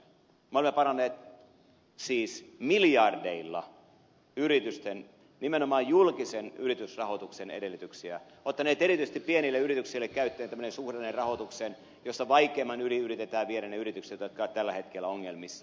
me olemme parantaneet siis miljardeilla yritysten nimenomaan julkisen yritysrahoituksen edellytyksiä ottaneet erityisesti pienille yrityksille käyttöön tämmöisen suhdannerahoituksen jossa vaikeimman yli yritetään viedä ne yritykset jotka ovat tällä hetkellä ongelmissa